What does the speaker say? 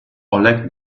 oleg